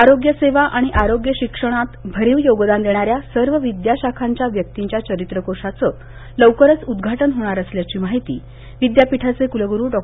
आरोग्यसेवा आणि आरोग्य शिक्षणात भरीव योगदान देणाऱ्या सर्व विद्याशाखांच्या व्यक्तींच्या जीवनकार्याबाबतच्या चरित्रकोषाचं लवकरच उद्घाटन होणार असल्याची माहिती विद्यापीठाचे कुलगुरू डॉ